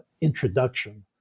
introduction